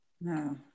No